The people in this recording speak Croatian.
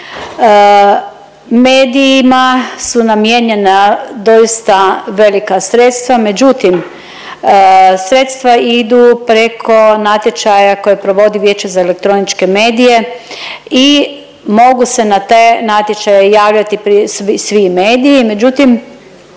medijima su namijenjena doista velika sredstva, međutim sredstva idu preko natječaja koje provodi Vijeće za elektroničke medije i mogu se na te natječaje javljati prije svi mediji, međutim